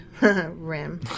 Rim